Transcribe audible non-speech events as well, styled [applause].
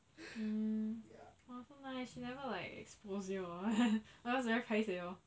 mm !wah! so nice she never like expose you or what [laughs] because very paiseh oh